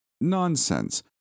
Nonsense